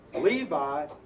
Levi